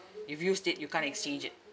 you've used it you can't exchange it